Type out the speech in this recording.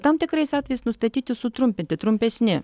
tam tikrais atvejais nustatyti sutrumpinti trumpesni